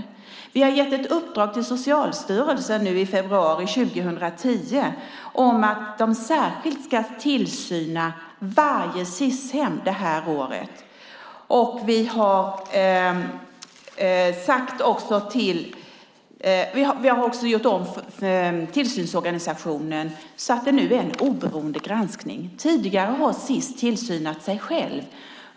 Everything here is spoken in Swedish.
Vi har nu i februari 2010 gett ett uppdrag till Socialstyrelsen om att de särskilt ska tillsyna varje Sis-hem det här året, och vi har gjort om tillsynsorganisationen så att det nu är en oberoende granskning. Tidigare har Sis tillsynat sig själv.